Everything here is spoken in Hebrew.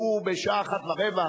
בשעה 13:15,